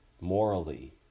morally